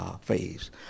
phase